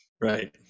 Right